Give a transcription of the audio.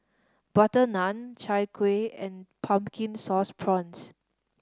Butter Naan Chai Kuih and Pumpkin Sauce Prawns